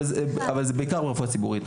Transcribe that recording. אבל זה בעיקר רפואה ציבורית.